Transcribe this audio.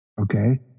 okay